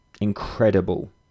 Incredible